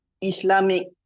Islamic